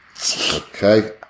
Okay